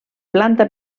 planta